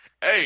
Hey